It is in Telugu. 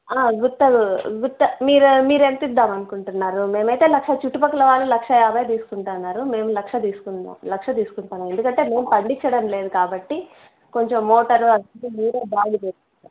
గుత్తలు గుత్త మీరు మీరు ఎంతద్దామనుకుంటున్నారు మేమైతే లక్ష చుట్టుపక్కల వాళ్ళు లక్ష యాభై తీసుకుంటన్నారు మేము లక్ష తీసుకుందాం లక్ష తీసుకుంటానుం ఎందుకంటే మేము పండించడం లేదు కాబట్టి కొంచెం మోటరు అ మీరే బాగాా